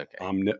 okay